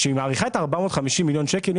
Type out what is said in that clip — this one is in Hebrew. כשהיא מעריכה את ה-450 מיליון שקל היא